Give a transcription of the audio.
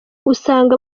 usanga